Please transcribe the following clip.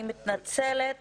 ואני מתנצלת,